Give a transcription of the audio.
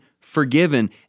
forgiven